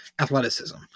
athleticism